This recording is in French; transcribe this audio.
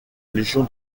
légion